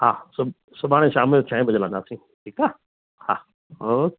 हा सुब सुभाणे शाम जो छह वजे मिलंदासीं ठीकु आहे हा ओके